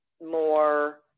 more